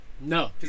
No